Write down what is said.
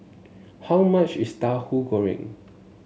how much is Tauhu Goreng